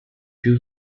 più